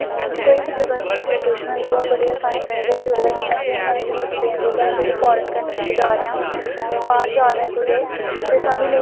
एह्दे पर गल्ल केह् ऐ सर कि इसी लोग हर कोई दवानें दी कोशिश करा हर कोई इस गल्ले गी ते जिन्ना होई सकै उन्ना बड़ावा देओ इस चीज़े गी